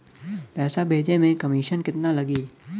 पैसा भेजे में कमिशन केतना लागि?